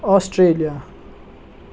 Australia